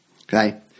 okay